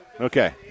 Okay